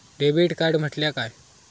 Debit card म्हटल्या काय?